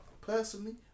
personally